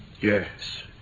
Yes